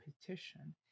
petition